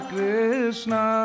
Krishna